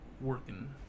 working